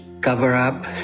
cover-up